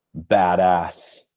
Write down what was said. badass